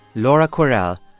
laura kwerel,